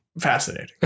Fascinating